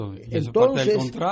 entonces